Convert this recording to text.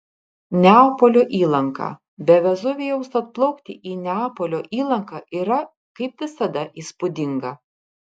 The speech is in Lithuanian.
neapolio įlanka be vezuvijaus atplaukti į neapolio įlanką yra kaip visada įspūdinga